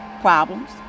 problems